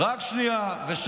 רק שנייה.